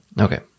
Okay